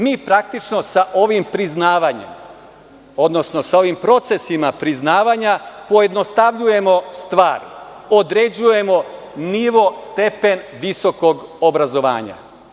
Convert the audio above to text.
Mi praktično sa ovim priznavanjem, odnosno sa ovim procesima priznavanja, pojednostavljujemo stvar, određujemo nivo i stepen visokog obrazovanja.